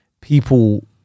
people